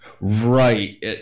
Right